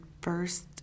first